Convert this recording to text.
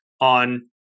on